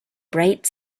bright